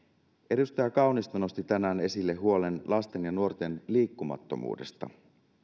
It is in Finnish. edustaja kaunisto nosti tänään esille huolen lasten ja nuorten liikkumattomuudesta